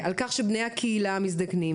על כך שבני הקהילה מזדקנים,